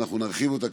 ואנחנו נרחיב אותה,